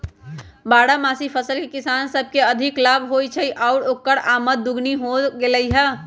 बारहमासी फसल से किसान सब के अधिक लाभ होई छई आउर ओकर आमद दोगुनी हो गेलई ह